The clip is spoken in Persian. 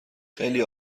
خیلی